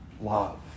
love